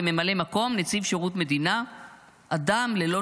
לממלא מקום נציב שירות מדינה אדם ללא